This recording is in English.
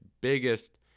biggest